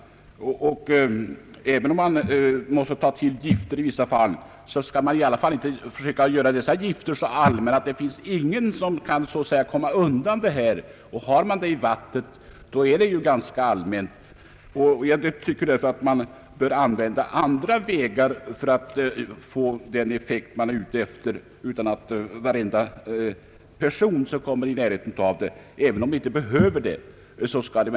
Även om man måste ta till gifter i vissa fall, skall man inte försöka göra dessa gifter så allmänna att ingen kan undkomma dem. Har man dem i vattnet blir de ganska allmänna. Därför tycker jag att man bör använda andra vägar för att få den effekt man söker, utan att varenda person som kommer i närheten får denna dos även om han inte behöver den.